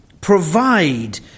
Provide